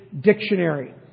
Dictionary